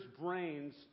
brains